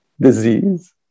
disease